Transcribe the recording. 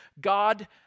God